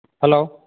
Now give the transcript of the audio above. hello